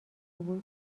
عبور